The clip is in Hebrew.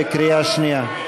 בקריאה שנייה.